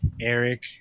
Eric